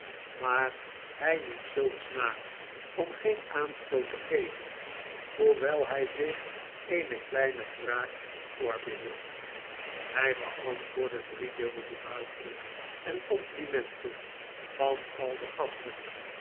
maar hij liet zulks na om geen aanstoot te geven hoewel hij zich eene kleine wraak voorbehield hy beantwoordde driedubbel de buigingen en complimenten van al de gasten